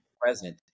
present